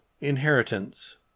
inheritance